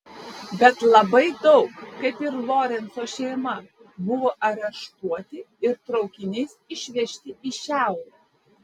bet labai daug kaip ir lorenco šeima buvo areštuoti ir traukiniais išvežti į šiaurę